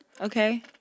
Okay